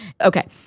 Okay